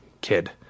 kid